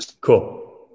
Cool